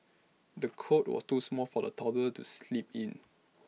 the cot was too small for A toddler to sleep in